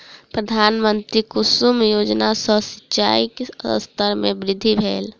प्रधानमंत्री कुसुम योजना सॅ सिचाई के स्तर में वृद्धि भेल